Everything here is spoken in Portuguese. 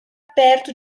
perto